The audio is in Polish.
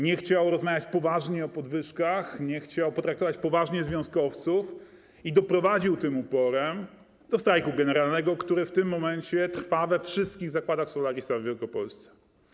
Nie chciał rozmawiać poważnie o podwyżkach, nie chciał potraktować poważnie związkowców i doprowadził tym uporem do strajku generalnego, który w tym momencie trwa we wszystkich zakładach Solarisa w Wielkopolsce.